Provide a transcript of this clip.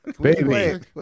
baby